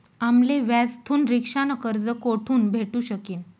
आम्ले व्याजथून रिक्षा न कर्ज कोठून भेटू शकीन